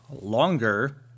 longer